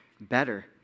better